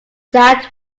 that